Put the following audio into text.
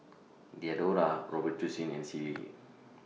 Diadora Robitussin and Sealy